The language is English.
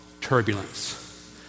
turbulence